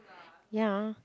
ya